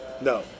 No